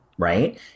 right